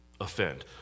Offend